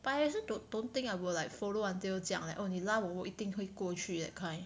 but I also don't don't think I will like follow until 这样 leh like oh 你拉我我一定会过去 that kind